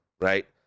right